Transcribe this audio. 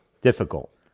difficult